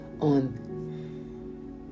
on